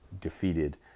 defeated